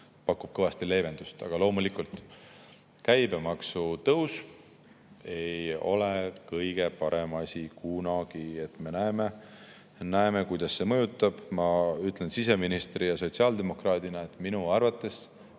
pakub kõvasti leevendust. Aga loomulikult, käibemaksu tõus ei ole kõige parem asi kunagi. Me näeme, kuidas see mõjutab. Ma ütlen siseministri ja sotsiaaldemokraadina: minu arvates